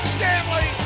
Stanley